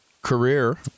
Career